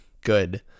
good